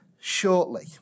shortly